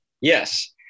yes